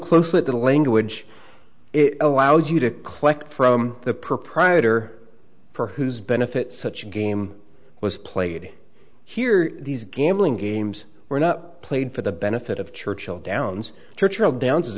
closely at the language it allows you to collector from the proprietor for whose benefit such a game was played here these gambling games were not played for the benefit of churchill downs churchill downs is